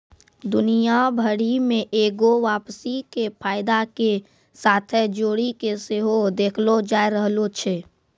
दुनिया भरि मे एगो वापसी के फायदा के साथे जोड़ि के सेहो देखलो जाय रहलो छै